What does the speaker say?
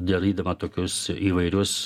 derydama tokius įvairius